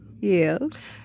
Yes